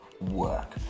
work